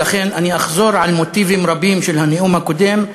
ולכן אני אחזור על מוטיבים רבים של הנאום הקודם,